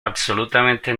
absolutamente